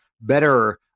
better